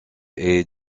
est